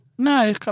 No